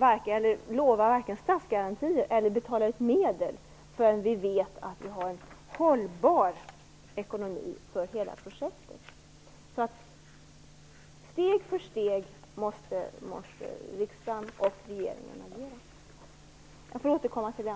kan lova vare sig statsgarantier eller utbetalning av medel förrän vi vet att vi har en hållbar ekonomi för hela projektet. Riksdagen och regeringen måste alltså agera steg för steg.